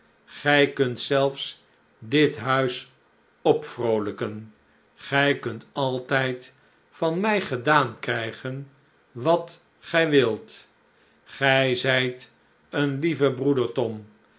gij kunt zelfs dit huis opvroolijken gij kunt altijd van mij gedaan krijgen wat gij wilt gij zijt een lie ve broeder tom